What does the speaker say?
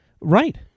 Right